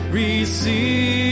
receive